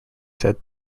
said